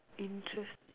interesting